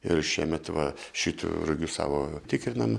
ir šiemet va šitų rugių savo tikrinam